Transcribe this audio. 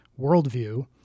worldview